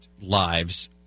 lives